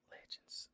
Legends